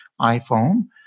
iPhone